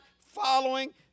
following